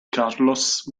carlos